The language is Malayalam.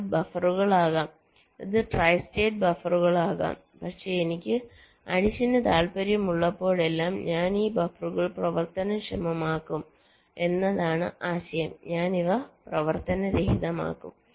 ഇത് ബഫറുകളാകാം ഇത് ട്രൈ സ്റ്റേറ്റ് ബഫറുകളാകാം പക്ഷേ എനിക്ക് അഡിഷനു താൽപ്പര്യമുള്ളപ്പോഴെല്ലാം ഞാൻ ഈ ബഫറുകൾ പ്രവർത്തനക്ഷമമാക്കും എന്നതാണ് ആശയം ഞാൻ ഇവ പ്രവർത്തനരഹിതമാക്കും